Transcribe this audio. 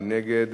מי נגד?